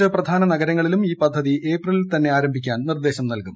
മറ്റ് ്പ്രധാന നഗരങ്ങളിലും ഈ പദ്ധതി ഏപ്രിലിൽ തന്നെ ആരംഭിക്കാൻ ്നിർദേശം നൽകും